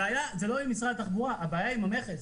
הבעיה היא לא עם משרד התחבורה, הבעיה היא עם המכס.